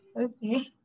okay